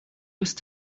ist